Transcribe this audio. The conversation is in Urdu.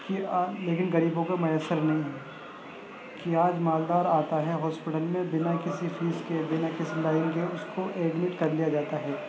کہ آپ انہیں غریبوں کو میسر نہیں ہے کہ آج مالدار آتا ہے ہاسپیٹل میں بنا کسی فیس کے بنا کسی لائن کے اس کو ایڈمٹ کرلیا جاتا ہے